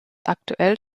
aktuell